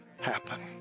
happen